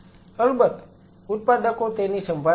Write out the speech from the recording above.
અલબત્ત ઉત્પાદકો તેની સંભાળ રાખે છે